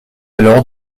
alors